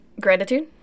Gratitude